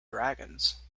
dragons